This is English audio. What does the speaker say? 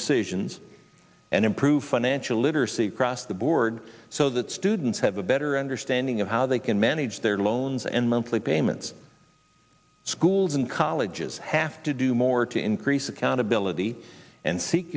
decisions and improve financial literacy across the board so that students have a better understanding of how they can manage their loans and monthly payments schools and colleges have to do more to increase accountability and seek